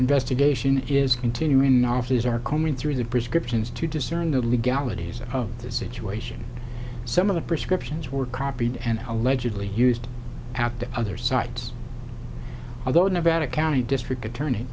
investigation is continuing novices are combing through the prescriptions to discern the legalities of the situation some of the prescriptions were copied and allegedly used at the other sites although never had a county district attorney